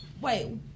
wait